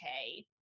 okay